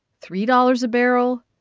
three dollars a barrel,